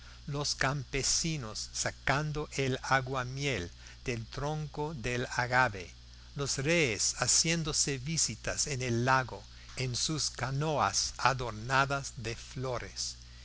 los campesinos sacando el aguamiel del tronco del agave los reyes haciéndose visitas en el lago en sus canoas adornadas de flores